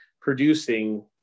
producing